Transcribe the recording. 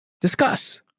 discuss